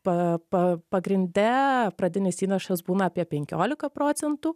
p p pagrinde pradinis įnašas būna apie penkiolika procentų